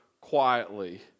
quietly